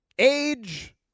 age